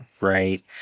right